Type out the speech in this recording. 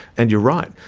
and you're right,